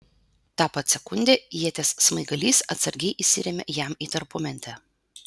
tą pat sekundę ieties smaigalys atsargiai įsirėmė jam į tarpumentę